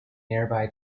nearby